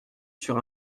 sur